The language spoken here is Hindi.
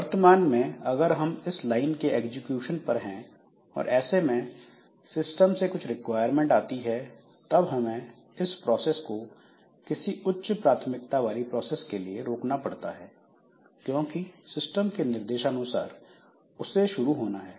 वर्तमान में अगर हम इस लाइन के एग्जीक्यूशन पर हैं और ऐसे में सिस्टम से कुछ रिक्वायरमेंट आती है तब हमें इस प्रोसेस को किसी उच्च प्राथमिकता वाली प्रोसेस के लिए रोकना पड़ता है क्योंकि सिस्टम के निर्देश के अनुसार उसे शुरू होना है